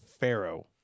pharaoh